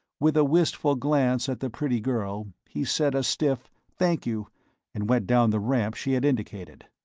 with a wistful glance at the pretty girl, he said a stiff thank you and went down the ramp she had indicated.